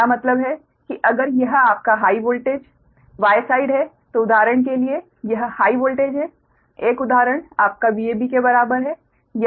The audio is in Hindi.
मेरा मतलब है कि अगर यह आपका हाइ वोल्टेज Y साइड है तो उदाहरण के लिए यह हाइ वोल्टेज है एक उदाहरण आपका VAB के बराबर है